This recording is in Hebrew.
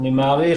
אני מעריך